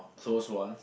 close one